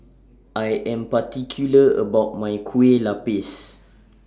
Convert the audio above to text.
I Am particular about My Kueh Lupis